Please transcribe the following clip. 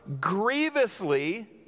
grievously